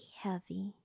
heavy